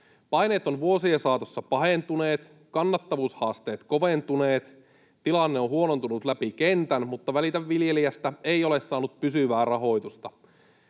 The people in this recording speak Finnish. Paineet ovat vuosien saatossa pahentuneet, kannattavuushaasteet koventuneet, tilanne on huonontunut läpi kentän, mutta Välitä viljelijästä ei ole saanut pysyvää rahoitusta.